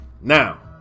now